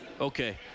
Okay